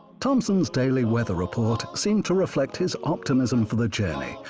thompson's daily weather report seemed to reflect his optimism for the journey.